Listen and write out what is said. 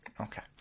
Okay